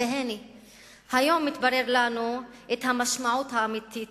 והנה היום מתבררת לנו המשמעות האמיתית